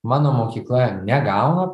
mano mokykla negauna